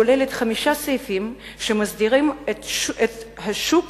כוללת חמישה סעיפים שמסדירים את השוק,